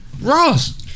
Ross